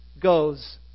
goes